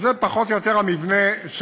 אז זה פחות או יותר המבנה שמכינים,